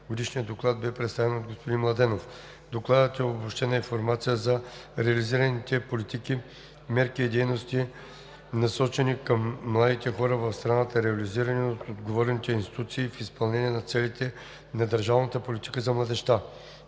Годишният доклад бе представен от господин Младенов. Докладът е обобщена информация за реализираните политики, мерки и дейности, насочени към младите хора в страната, реализирани от отговорните институции в изпълнение на целите на държавната политика за младежта.